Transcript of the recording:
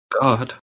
God